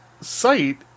site